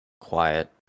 quiet